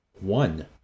one